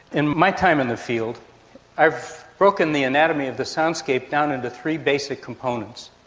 in my time in the field i've broken the anatomy of the soundscape down into three basic components.